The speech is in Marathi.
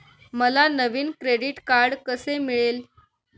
मला नवीन क्रेडिट कार्ड कसे मिळेल?